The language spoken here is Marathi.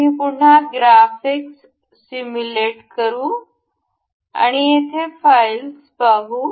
आम्ही पुन्हा ग्राफिक्स सीम्युलेट करू आणि येथे फाईल पाहू